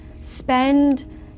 spend